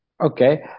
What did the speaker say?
Okay